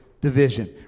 division